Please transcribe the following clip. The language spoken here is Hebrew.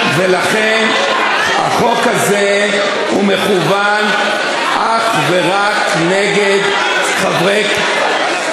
ולכן החוק הזה הוא מכוון אך ורק נגד חברי,